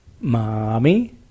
Mommy